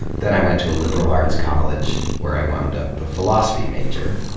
then i went to a liberal arts college, where i wound up a philosophy major,